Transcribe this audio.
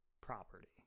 property